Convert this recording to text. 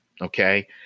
okay